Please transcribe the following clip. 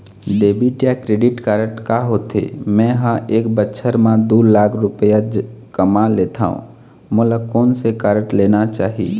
Debit या credit card का होथे, मे ह एक बछर म दो लाख रुपया कमा लेथव मोला कोन से कारड लेना चाही?